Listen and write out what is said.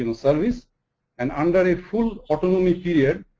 you know, service and under a full autonomy period,